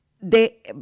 de